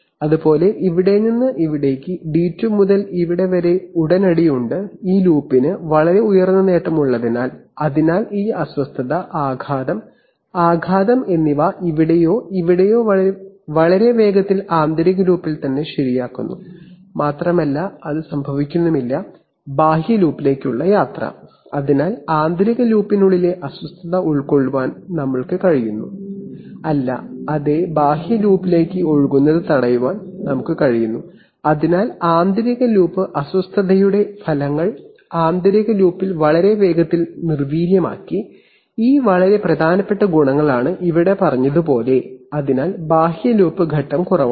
അതുപോലെ ഇവിടെ നിന്ന് ഇവിടേക്ക് d2 മുതൽ ഇവിടെ വരെ ഉടനടി ഉണ്ട് ഈ ലൂപ്പിന് വളരെ ഉയർന്ന നേട്ടം ഉള്ളതിനാൽ അതിനാൽ ഈ അസ്വസ്ഥത ആഘാതം വളരെ വേഗത്തിൽ ആന്തരിക ലൂപ്പിൽ തന്നെ ശരിയാക്കുന്നു മാത്രമല്ല അത് ബാഹ്യ ലൂപ്പിലേക്കുള്ള യാത്ര സംഭവിക്കുന്നില്ല അതിനാൽ ആന്തരിക ലൂപ്പിനുള്ളിലെ അസ്വസ്ഥത ഉൾക്കൊള്ളാൻ ഞങ്ങൾക്ക് കഴിഞ്ഞു അതുപോലെ ബാഹ്യ ലൂപ്പിലേക്ക് ഒഴുകുന്നത് തടയാൻ ഞങ്ങൾക്ക് കഴിയുന്നു അതിനാൽ ആന്തരിക ലൂപ്പ് അസ്വസ്ഥതയുടെ ഫലങ്ങൾ ആന്തരിക ലൂപ്പിൽ വളരെ വേഗത്തിൽ നിർവീര്യമാക്കി ഇവ വളരെ പ്രധാനപ്പെട്ട ഗുണങ്ങളാണ് ഇവിടെ പറഞ്ഞതുപോലെ അതിനാൽ ബാഹ്യ ലൂപ്പ് ഘട്ടം കുറവാണ്